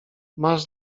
masz